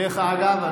דרך אגב,